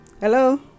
Hello